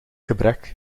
gebrek